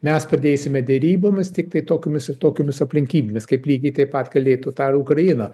mes pradėsime derybomis tiktai tokiomis ir tokiomis aplinkybėmis kaip lygiai taip pat galėtų tą ukrainą